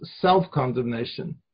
self-condemnation